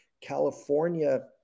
California